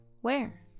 Where